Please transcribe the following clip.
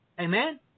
Amen